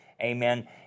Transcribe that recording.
amen